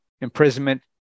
imprisonment